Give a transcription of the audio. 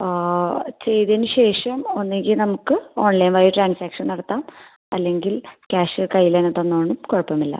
ചെയ്തതിന് ശേഷം ഒന്നുകിൽ നമുക്ക് ഓൺലൈൻ വഴി ട്രാൻസാക്ഷൻ നടത്താം അല്ലെങ്കിൽ ക്യാഷ് കയ്യിലങ്ങ് തന്നതുകൊണ്ടും കുഴപ്പമില്ല